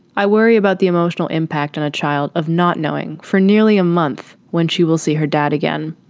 i worry about the emotional impact on a child of not knowing for nearly a month when she will see her dad again.